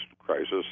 crisis